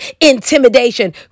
intimidation